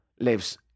lives